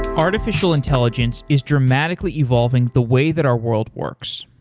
artificial intelligence is dramatically evolving the way that our world works,